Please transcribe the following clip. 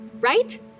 right